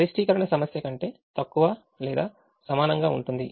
గరిష్టీకరణ సమస్య కంటే తక్కువ లేదా సమానంగా ఉంటుంది